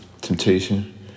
temptation